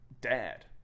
dad